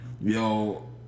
yo